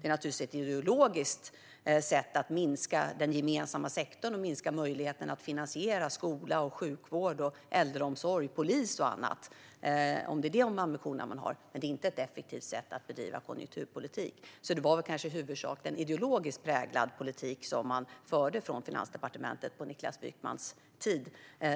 Det är ett ideologiskt sätt att minska den gemensamma sektorn och möjligheterna att finansiera skola, sjukvård, äldreomsorg, polis och annat, om det är de ambitionerna man har. Men det är inte ett effektivt sätt att bedriva konjunkturpolitik. Det var kanske huvudsakligen en ideologiskt präglad politik man förde från Finansdepartementet på Niklas Wykmans tid